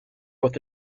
with